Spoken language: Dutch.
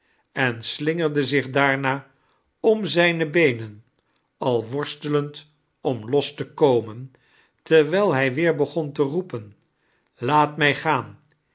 en slingerde zich daama om zijne beenen ai worstelend om los te komen terwijl hij weer begon te roepen laat mij gaan